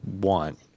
want